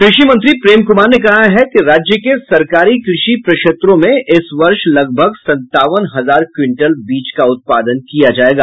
कृषि मंत्री प्रेम कुमार ने कहा है कि राज्य के सरकारी कृषि प्रक्षेत्रों में इस वर्ष लगभग संत्तावन हजार क्विंटल बीज का उत्पादन किया जायेगा